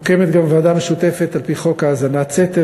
מוקמת גם ועדה משותפת על-פי חוק האזנת סתר.